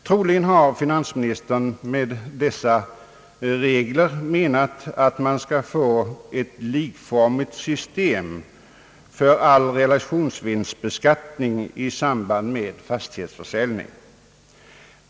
Troligen har finansministern med alla dessa regler menat, att man bör få ett likformigt system för all realisationsvinstbeskattning i samband med fastighetsförsäljning.